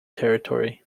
territory